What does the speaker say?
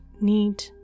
need